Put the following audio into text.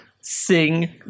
sing